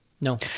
No